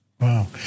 Wow